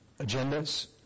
agendas